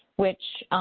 which